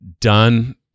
done